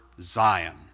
Zion